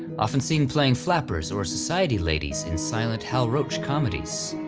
often seen playing flappers or society ladies in silent hal roach comedies.